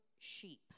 sheep